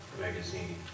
Magazine